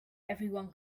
everyone